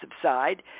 subside